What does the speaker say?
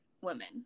women